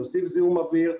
להוסיף זיהום אוויר,